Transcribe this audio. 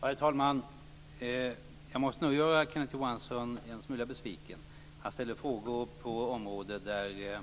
Herr talman! Jag måste nog göra Kenneth Johansson en smula besviken. Han ställer frågor på ett område där